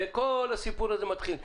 וכל הספור הזה מתחיל.